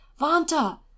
Vanta